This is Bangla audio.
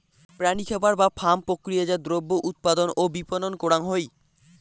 প্রাণী খামার বা ফার্ম প্রক্রিয়াজাত দ্রব্য উৎপাদন ও বিপণন করাং হই